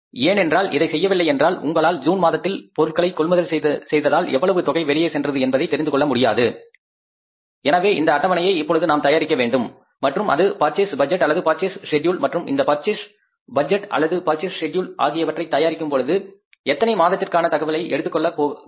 ஏனென்றால் இதை செய்யவில்லையென்றால் உங்களால் ஜூன் மாதத்தில் பொருட்களை கொள்முதல் செய்ததால் எவ்வளவு தொகை வெளியே சென்றது என்பதை தெரிந்துகொள்ள முடியாது எனவே இந்த அட்டவணையை இப்பொழுது நாம் தயாரிக்க வேண்டும் மற்றும் அது பர்ச்சேஸ் பட்ஜெட் அல்லது பர்ச்சேஸ் ஷெட்யூல் மற்றும் இந்தப் பர்ச்சேஸ் பட்ஜெட் அல்லது பர்ச்சேஸ் ஷெட்யூல் ஆகியவற்றை தயாரிக்கும் பொழுது எத்தனை மாதத்திற்கான தகவல்களை கணக்கிற்கு எடுத்துக் கொள்ள வேண்டும்